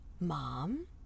Mom